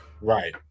Right